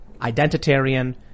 identitarian